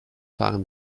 fahren